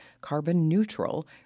carbon-neutral